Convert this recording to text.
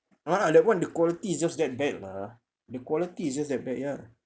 no lah that [one] the quality is just that bad lah the quality is just that bad ya